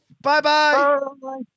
Bye-bye